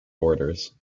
orders